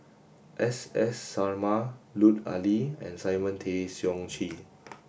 S S Sarma Lut Ali and Simon Tay Seong Chee